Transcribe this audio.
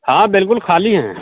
हाँ बिल्कुल खाली हैं